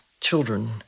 children